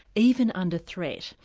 even under threat'.